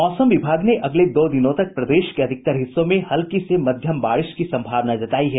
मौसम विभाग ने अगले दो दिनों तक प्रदेश के अधिकतर हिस्सों में हल्की से मध्यम बारिश की संभावना जतायी है